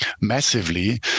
massively